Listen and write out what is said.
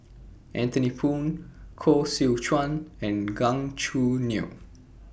Anthony Poon Koh Seow Chuan and Gan Choo Neo